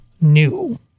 new